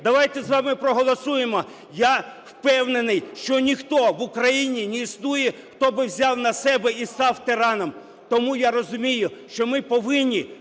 давайте з вами проголосуємо. Я впевнений, що ніхто в Україні не існує, хто би взяв на себе і став тираном. Тому я розумію, що ми повинні